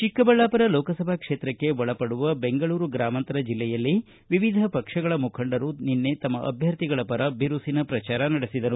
ಚಿಕ್ಕಬಳ್ಳಾಮರ ಲೋಕಸಭಾ ಕ್ಷೇತ್ರಕ್ಕೆ ಒಳಪಡುವ ಬೆಂಗಳೂರು ಗ್ರಾಮಾಂತರ ಜಿಲ್ಲೆಯಲ್ಲಿ ವಿವಿಧ ಪಕ್ಷಗಳ ಮುಖಂಡರು ನಿನ್ನೆ ತಮ್ಮ ಅಭ್ಯರ್ಥಿಗಳ ಪ್ರರ ಬಿರುಸಿನ ಪ್ರಚಾರ ನಡೆಸಿದರು